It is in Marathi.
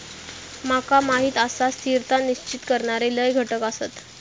माका माहीत आसा, स्थिरता निश्चित करणारे लय घटक आसत